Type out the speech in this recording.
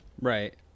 Right